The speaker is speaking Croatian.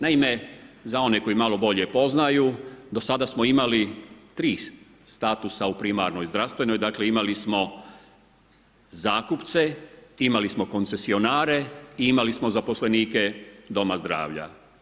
Naime, za one koji malo bolje poznaju do sada smo imali 3 statusa u primarnoj i zdravstvenoj, dakle, imali smo zakupce imali smo koncesionare i imali smo zaposlenike doma zdravlja.